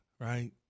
right